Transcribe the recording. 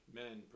men